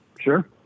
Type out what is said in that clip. Sure